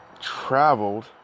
traveled